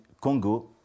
Congo